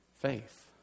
faith